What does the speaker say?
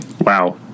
Wow